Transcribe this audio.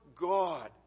God